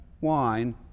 wine